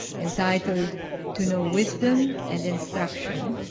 entitled to know wisdom and instruction,